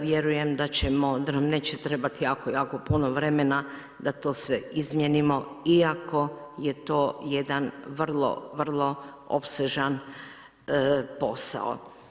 Vjerujem da nam neće trebati jako, jako puno vremena da to sve izmijenimo iako je to jedan vrlo, vrlo opsežan posao.